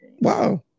Wow